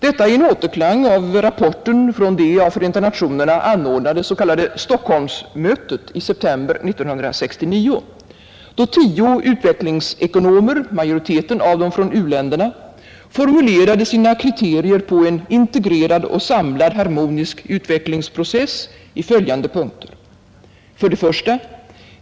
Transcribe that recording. Detta är en återklang av rapporten från det av Förenta nationerna anordnade s.k. Stockholmsmötet i september 1969, då tio utvecklingsekonomer — majoriteten av dem från u-länderna — formulerade sina kriterier på en integrerad och samlad harmonisk utvecklingsprocess i följande punkter: 1.